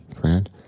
friend